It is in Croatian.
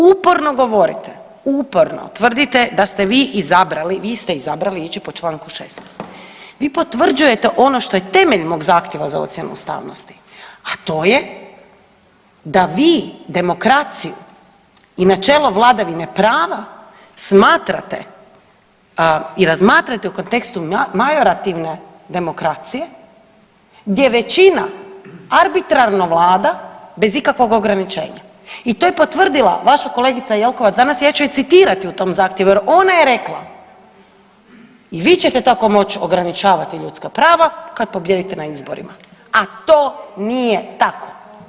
Uporno govorite, uporno tvrdite da ste vi izabrali, vi ste izabrali ići po čl. 16. vi potvrđujete ono što je temelj mog zahtjeva za ocjenu ustavnosti, a to je da vi demokraciju i načelo vladavine prava smatrate i razmatrate u kontekstu majorativne demokracije gdje većina arbitrarno vlada bez ikakvog ograničenja i to je potvrdila vaša kolegica Jelkovac danas, ja ću je citirati u tom zahtjevu jer ona je rekla „i vi ćete tako moć ograničavati ljudska prava kad pobijedite na izborima“, a to nije tako.